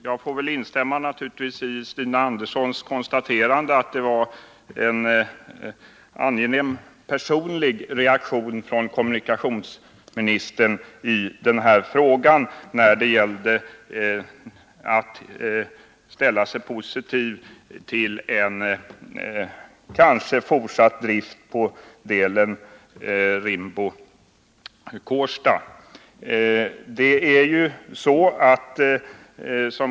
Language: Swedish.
Jag får naturligtvis instämma i Stina Anderssons konstaterande att det var en angenäm personlig reaktion från kommunikationsministerns sida i den här frågan när han ställde sig positiv till en eventuell fortsättning av driften på sträckan Rimbo-Kårsta.